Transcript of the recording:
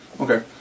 Okay